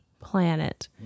planet